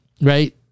right